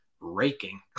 raking